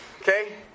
Okay